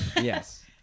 Yes